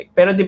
Pero